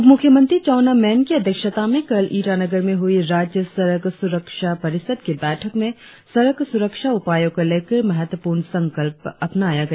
उप मुख्यमंत्री चाउना मेन की अध्यक्षता में कल ईटानगर में हुई राज्य सड़क सुरक्षा परिषद की बैठक में सड़क सुरक्षा उपायों को लेकर महत्वपूर्ण संकल्प अपनाया गया